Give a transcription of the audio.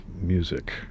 music